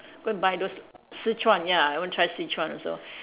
go and buy those Sichuan ya I want try Sichuan also